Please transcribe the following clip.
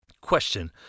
Question